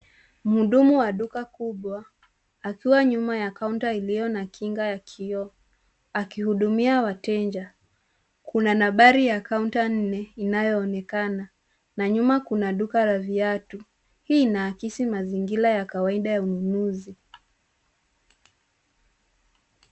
Mhudumu wa duka kubwa akiwa nyuma ya kaunta iliyo na kinga ya kioo akihudumia wateja. Kuna nambari ya kaunta nne inayoonekana na nyuma kuna duka la viatu. Hii inaakisi mazingira ya kawaida ya ununuzi.